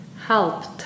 helped